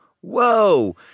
whoa